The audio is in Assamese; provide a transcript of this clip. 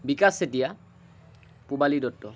বিকাশ চেতিয়া পূবালী দত্ত